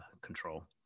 control